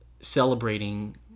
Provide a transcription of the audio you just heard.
celebrating